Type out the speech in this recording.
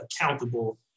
accountable